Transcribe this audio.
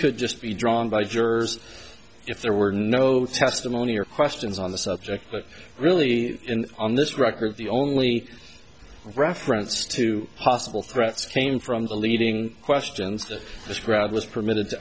could just be drawn by jurors if there were no testimony or questions on the subject but really on this record the only reference to possible threats came from the leading questions that this crowd was permitted